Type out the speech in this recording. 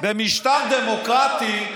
במשטר דמוקרטי,